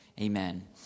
Amen